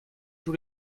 tous